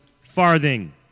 farthing